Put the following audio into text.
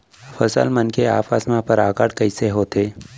फसल मन के आपस मा परागण कइसे होथे?